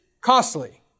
costly